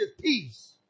peace